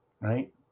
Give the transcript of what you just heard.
Right